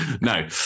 no